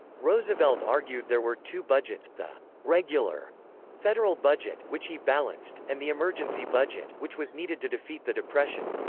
roosevelt argued there were two budgets the regular federal budget, which he balanced and the emergency budget, which was needed to defeat the depression.